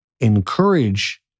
Encourage